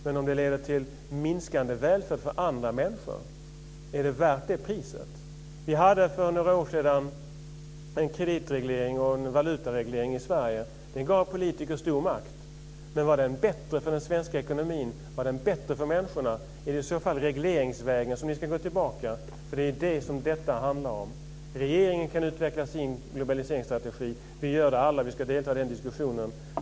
Men om det leder till minskande välfärd för andra människor, är det värt det priset? Vi hade för några år sedan en kreditreglering och valutareglering i Sverige. Det gav politiker stor makt. Men var det bättre för den svenska ekonomin? Var det bättre för människorna? Är det i så fall regleringsvägen ni ska gå tillbaka? Det är det som detta handlar om. Regeringen kan utveckla sin globaliseringsstrategi. Vi gör det alla, vi ska delta i den diskussionen.